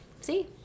See